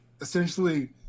essentially